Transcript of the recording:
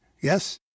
Yes